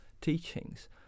teachings